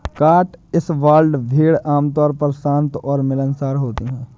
Cotswold भेड़ आमतौर पर शांत और मिलनसार होती हैं